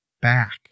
back